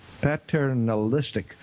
Paternalistic